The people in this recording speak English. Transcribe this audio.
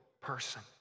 person